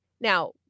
Now